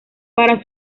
para